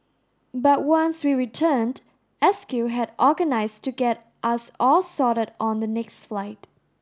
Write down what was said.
but once we returned S Q had organised to get us all sorted on the next flight